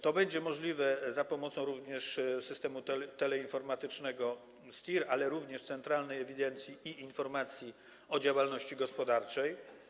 To będzie możliwe za pomocą również systemu teleinformatycznego STIR, ale też Centralnej Ewidencji i Informacji o Działalności Gospodarczej.